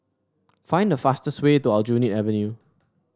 find the fastest way to Aljunied Avenue